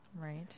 Right